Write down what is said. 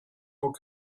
work